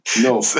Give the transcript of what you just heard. no